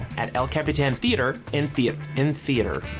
at el capitan theatre in theat in theatre.